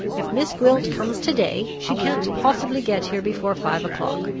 if miss gwilt comes to-day, she can't possibly get here before five o'clock.